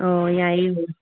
ꯑꯧ ꯌꯥꯏꯌꯦ